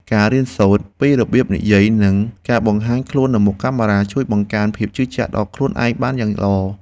ការរៀនសូត្រពីរបៀបនិយាយនិងការបង្ហាញខ្លួននៅមុខកាមេរ៉ា ជួយបង្កើនភាពជឿជាក់ដល់ខ្លួនឯងបានយ៉ាងល្អ។